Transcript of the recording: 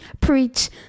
preach